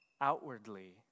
outwardly